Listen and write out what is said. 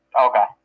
Okay